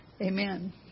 Amen